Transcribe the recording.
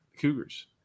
Cougars